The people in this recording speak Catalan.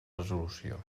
resolució